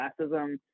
classism